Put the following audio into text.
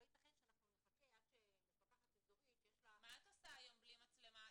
לא ייתכן שנחכה עד שמפקחת אזורית --- מה את עושה היום בלי מצלמה?